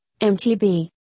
MTB